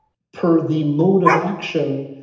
per the mode of action,